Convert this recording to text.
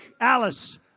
Alice